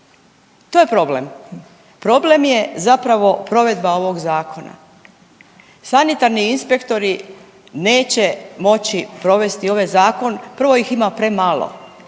To je problem. Problem je zapravo provedba ovog zakona. Sanitarni inspektori neće moći provesti ovaj zakon, prvo ih ima premalo.